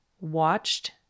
watched